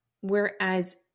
Whereas